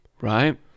Right